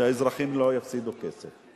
שהאזרחים לא יפסידו כסף.